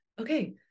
okay